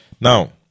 Now